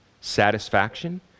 satisfaction